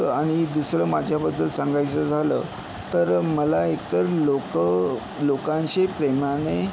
तर आणि दुसरं माझ्याबद्दल सांगायचं झालं तर मला एक तर लोकं लोकांशी प्रेमाने